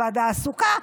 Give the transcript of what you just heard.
הוועדה עסוקה.